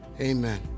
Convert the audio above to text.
Amen